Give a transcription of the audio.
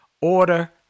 order